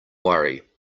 worry